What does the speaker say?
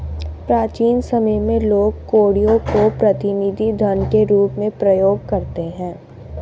प्राचीन समय में लोग कौड़ियों को प्रतिनिधि धन के रूप में प्रयोग करते थे